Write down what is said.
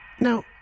Now